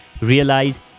realize